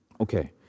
Okay